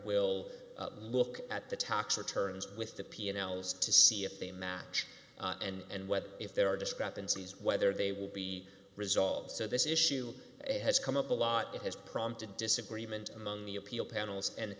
will look at the tax returns with the p n l's to see if they match and what if there are discrepancies whether they will be resolved so this issue has come up a lot it has prompted a disagreement among the appeal panels and